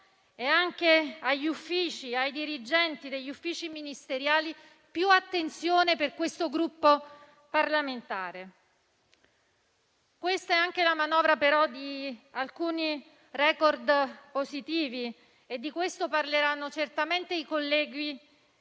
e ai dirigenti degli uffici ministeriali più attenzione per questo Gruppo parlamentare. Questa, però, è anche la manovra di alcuni *record* positivi e di questo parleranno i colleghi